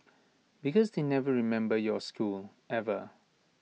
because they never remember your school ever